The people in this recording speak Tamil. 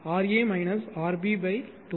ra rb 2 rc 2